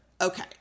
Okay